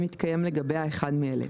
אם מתקיים לגביה אחד מאלה: